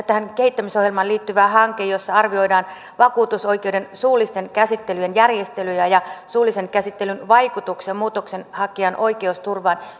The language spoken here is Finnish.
tähän kehittämisohjelmaan liittyvä hanke jossa arvioidaan vakuutusoikeuden suullisten käsittelyjen järjestelyjä ja suullisen käsittelyn vaikutuksia muutoksenhakijan oikeusturvaan